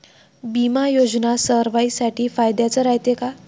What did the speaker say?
बिमा योजना सर्वाईसाठी फायद्याचं रायते का?